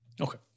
Okay